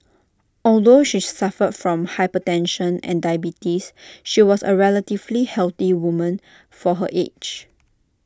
although she suffered from hypertension and diabetes she was A relatively healthy woman for her age